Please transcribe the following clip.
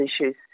issues